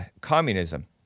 communism